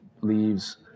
leaves